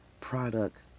Product